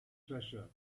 treasure